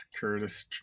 curtis